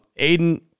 Aiden